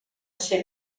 ser